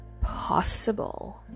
possible